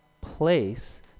place